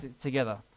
together